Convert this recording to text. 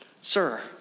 Sir